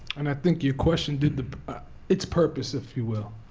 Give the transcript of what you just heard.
and i think your question did its purpose, if you will.